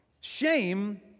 Shame